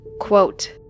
quote